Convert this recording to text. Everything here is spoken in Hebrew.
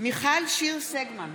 מיכל שיר סגמן,